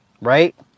Right